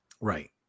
Right